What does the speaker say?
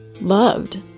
loved